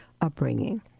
upbringing